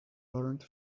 learned